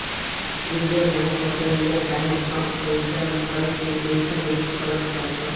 reserve Bank of India bank सब पईसा रूपया के देखरेख करत बाटे